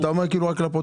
אתה אומר את זה לפרוטוקול?